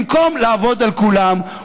במקום לעבוד על כולם,